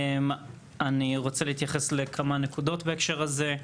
אני רוצה להתייחס לכמה נקודות בהקשר הזה.